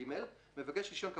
(ב) מבקש רישיון טייס